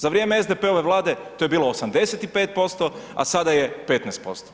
Za vrijeme SDP-ove vlade to je bilo 85%, a sada je 15%